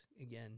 Again